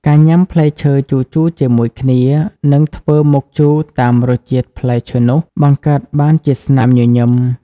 ការញ៉ាំផ្លែឈើជូរៗជាមួយគ្នា និងធ្វើមុខជូរតាមរសជាតិផ្លែឈើនោះ បង្កើតបានជាស្នាមញញឹម។